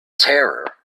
terror